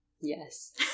Yes